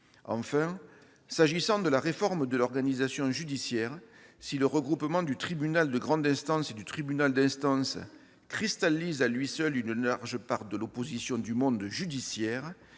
Enfin, s'agissant de la réforme de l'organisation judiciaire, si le regroupement du tribunal de grande instance et du tribunal d'instance cristallise à lui seul une large part de l'opposition du monde judiciaire,